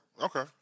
Okay